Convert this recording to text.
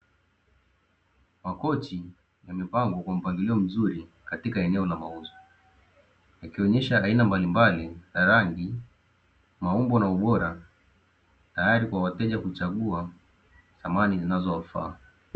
Makochi yamepangwa kwa mpangilio mzuri katika eneo la mauzo yakionesha aina mbalimbali za rangi, maumbo na ubora tayari kwa wateja kuchagua samani zinazowafaa.